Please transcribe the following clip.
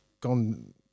gone